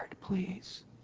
please